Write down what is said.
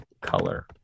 color